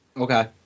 Okay